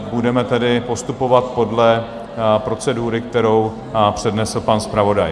Budeme tedy postupovat podle procedury, kterou přednesl pan zpravodaj.